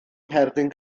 ngherdyn